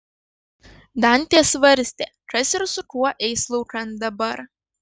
dantė svarstė kas ir su kuo eis laukan dabar